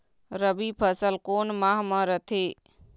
रबी फसल कोन माह म रथे?